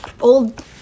old